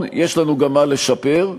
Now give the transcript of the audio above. קל להביא אותו אל הקלפי.